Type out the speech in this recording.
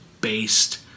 based